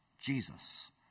Jesus